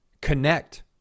connect